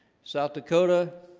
south dakota